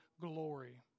glory